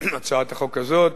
הצעת החוק הזאת